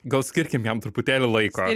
gal skirkim jam truputėlį laiko